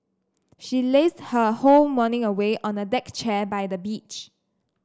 she lazed her whole morning away on a deck chair by the beach